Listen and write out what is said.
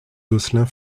gosselin